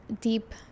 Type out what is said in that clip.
deep